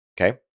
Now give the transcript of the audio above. okay